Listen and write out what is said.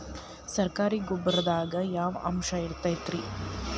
ಸರಕಾರಿ ಗೊಬ್ಬರದಾಗ ಯಾವ ಅಂಶ ಇರತೈತ್ರಿ?